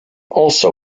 also